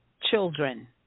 children